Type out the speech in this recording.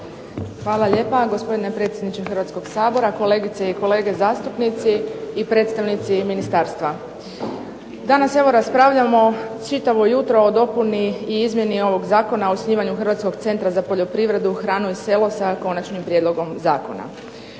Hvala lijepa, gospodine predsjedniče Hrvatskoga sabora. Kolegice i kolege zastupnici i predstavnici ministarstva. Danas evo raspravljamo čitavo jutro o dopuni i izmjeni ovog Zakona o osnivanju Hrvatskog centra za poljoprivredu, hranu i selo, sa konačnim prijedlogom zakona.